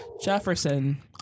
Jefferson